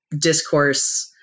discourse